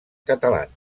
catalans